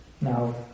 Now